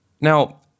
Now